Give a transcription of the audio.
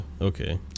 okay